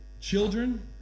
Children